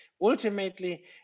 Ultimately